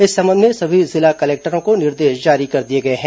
इस संबंध में सभी जिला कलेक्टरों को निर्देश जारी कर दिए गए हैं